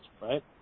right